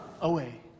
away